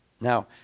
now